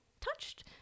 touched